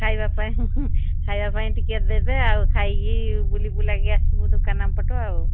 ଖାଇବା ପାଇଁ ଖାଇବା ପାଇଁ ଟିକେ ଦେବେ ଆଉ ଖାଇକି ବୁଲି ବୁଲାକି ଆସିବୁ ଦୋକାନ ପଟୁ ଆଉ